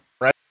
right